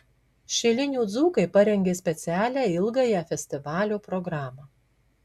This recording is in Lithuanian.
šilinių dzūkai parengė specialią ilgąją festivalio programą